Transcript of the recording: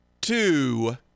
Two